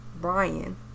Brian